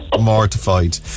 mortified